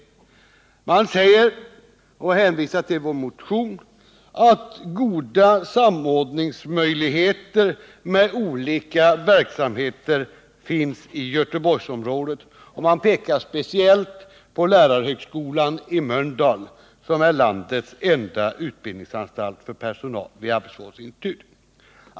Utskottet uttalar, och hänvisar därvid till vår motion, att goda möjligheter till samordning med olika verksamheter finns i Göteborgsområdet, och man pekar speciellt på lärarhögskolan i Mölndal, som är landets enda utbildningsanstalt för personal vid arbetsvårdsinstituten.